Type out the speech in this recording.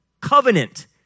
covenant